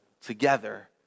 together